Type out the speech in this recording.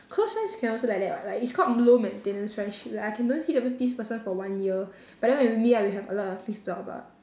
close friends can also like that [what] like it's called low maintenance friendship like I can don't see the pers~ this person for one year but then when we meet up we have a lot of things to talk about